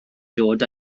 dod